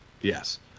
Yes